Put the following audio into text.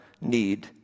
need